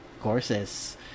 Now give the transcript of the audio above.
courses